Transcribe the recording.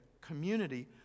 community